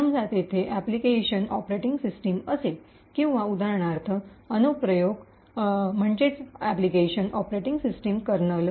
समजा येथे application operating system असेल आणि उदाहरणार्थ अनुप्रयोग अॅप्लिकेशन application म्हणजे ऑपरेटिंग सिस्टम कर्नल